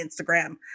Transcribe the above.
Instagram